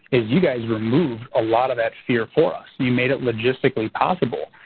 is you guys removed a lot of that fear for us. you made it logistically possible.